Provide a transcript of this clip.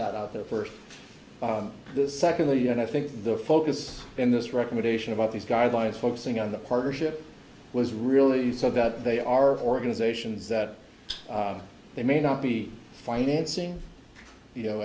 that the first the second the un i think the focus in this recommendation about these guidelines focusing on the partnership was really so that they are organizations that they may not be financing you know